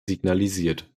signalisiert